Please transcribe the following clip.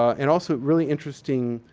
and also a really interesting